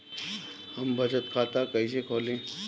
हम बचत खाता कईसे खोली?